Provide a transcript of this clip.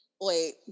Wait